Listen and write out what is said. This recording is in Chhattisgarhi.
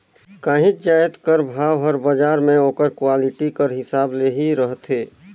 काहींच जाएत कर भाव हर बजार में ओकर क्वालिटी कर हिसाब ले ही रहथे